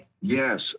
Yes